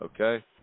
okay